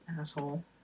Asshole